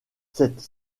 cette